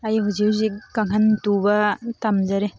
ꯑꯩ ꯍꯧꯖꯤꯛ ꯍꯧꯖꯤꯛ ꯀꯥꯡꯍꯟ ꯇꯨꯕ ꯇꯝꯖꯔꯤ